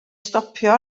stopio